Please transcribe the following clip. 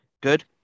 Good